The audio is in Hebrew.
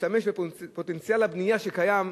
להשתמש בפוטנציאל הבנייה הקיים,